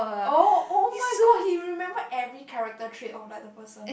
oh oh-my-god he remember every character trait of like the person